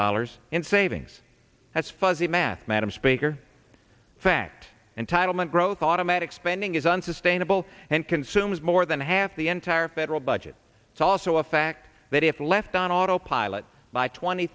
dollars in savings as fuzzy math madam speaker fact entitlement growth automatic spending is unsustainable and consumes more than half the entire federal budget it's also a fact that if left on autopilot by twenty